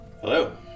Hello